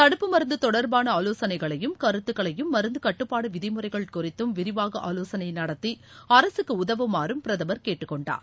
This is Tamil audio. தடுப்பு மருந்து தொடர்பான ஆலோசனைகளையும் கருத்துக்களையும் மருந்துக் கட்டுப்பாடு விதிமுறைகள் குறித்தும் விரிவாக ஆலோசனை நடத்தி அரசுக்கு உதவுமாறும் பிரதமர் கேட்டுக்கொண்டார்